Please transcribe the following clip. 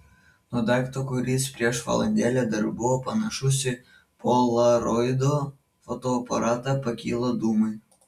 nuo daikto kuris prieš valandėlę dar buvo panašus į polaroido fotoaparatą pakilo dūmai